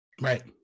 Right